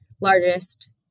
largest